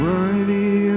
Worthy